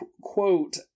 quote